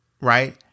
right